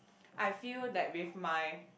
I feel that with my